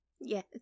yes